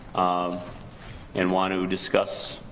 um and want to discuss